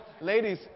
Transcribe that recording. ladies